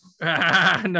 No